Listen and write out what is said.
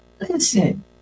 listen